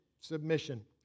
Submission